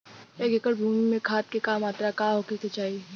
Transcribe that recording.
एक एकड़ भूमि में खाद के का मात्रा का होखे के चाही?